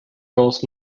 goes